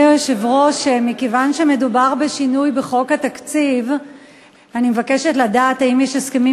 אנחנו עוברים להצעת חוק התקציב לשנות הכספים